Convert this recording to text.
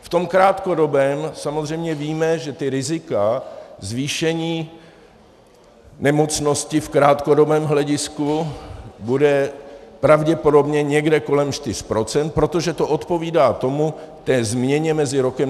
V tom krátkodobém samozřejmě víme, že rizika zvýšení nemocnosti v krátkodobém hledisku budou pravděpodobně někde kolem čtyř procent, protože to odpovídá tomu, té změně mezi rokem 2008 a 2009.